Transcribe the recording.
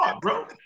bro